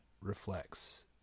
reflects